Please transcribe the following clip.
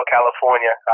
California